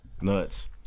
Nuts